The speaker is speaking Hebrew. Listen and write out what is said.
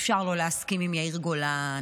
אפשר לא להסכים עם יאיר גולן,